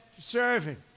serving